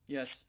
Yes